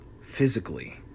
physically